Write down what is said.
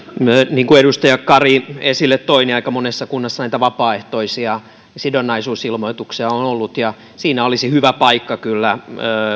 niin kuin edustaja kari esille toi aika monessa kunnassa näitä vapaaehtoisia sidonnaisuusilmoituksia on ollut ja siinä olisi hyvä paikka kyllä